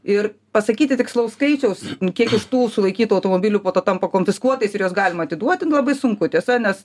ir pasakyti tikslaus skaičiaus kiek iš tų sulaikytų automobilių po to tampa konfiskuotais ir juos galima atiduoti labai sunku tiesa nes